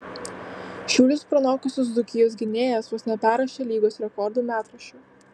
šiaulius pranokusios dzūkijos gynėjas vos neperrašė lygos rekordų metraščių